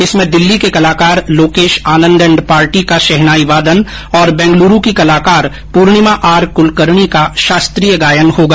इसमें दिल्ली के कलाकार लोकेश आनन्द एण्ड पार्टी का शहनाई वादन और बैंगलुरू की कलाकार पूर्णिमा आरकुलकर्णी का शास्त्रीय गायन होगा